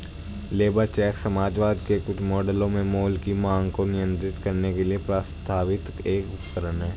labour check समाजवाद के कुछ मॉडलों में माल की मांग को नियंत्रित करने के लिए प्रस्तावित एक उपकरण है